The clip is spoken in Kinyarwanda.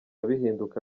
bihinduka